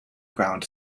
ground